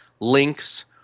links